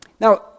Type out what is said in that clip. Now